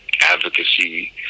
advocacy